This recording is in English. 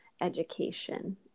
education